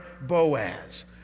Boaz